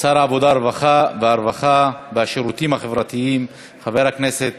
שר העבודה, הרווחה והשירותים החברתיים חבר הכנסת